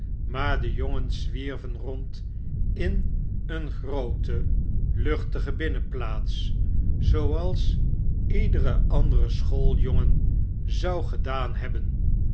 maar de jdngens zwierven rond in een groote luchtige binnenplaats zooals iedere andere schooljongen zou gedaan hebben